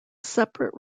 separate